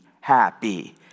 happy